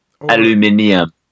Aluminium